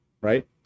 right